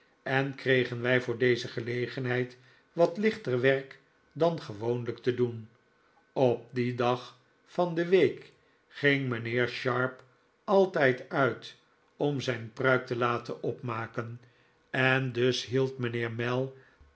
en kregen wij voor deze gelegenheid wat hchter werk dan gewoonlijk te doen op dien dag van de week ging mijnheer sharp altijd uit om zijn pruik te laten opmaken en dus mijnheer mell